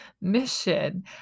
mission